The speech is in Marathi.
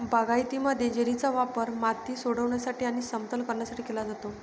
बागायतीमध्ये, जेलीचा वापर माती सोडविण्यासाठी आणि समतल करण्यासाठी केला जातो